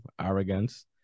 arrogance